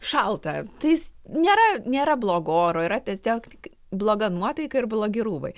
šalta tai nėra nėra blogo oro yra tiesiog tik bloga nuotaika ir blogi rūbai